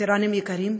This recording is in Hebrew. וטרנים יקרים,